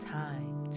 time